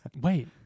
Wait